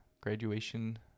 graduation